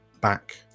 back